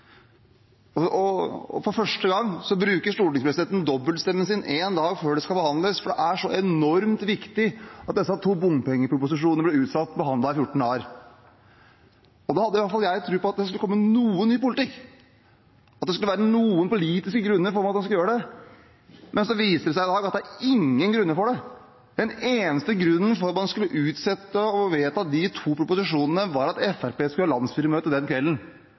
utsette behandlingen! Og for første gang bruker stortingspresidenten dobbeltstemmen sin én dag før sakene skal behandles, for det er så enormt viktig at behandlingen av de to bompengeproposisjonene blir utsatt i 14 dager. Da hadde i hvert fall jeg tro på at det skulle komme noe ny politikk, at det skulle være noen politiske grunner for at man skulle gjøre det. Men så viser det seg i dag at det ikke var noen grunner til det. Den eneste grunnen til at man skulle utsette å vedta de to proposisjonene, var at Fremskrittspartiet skulle ha landsstyremøte den kvelden,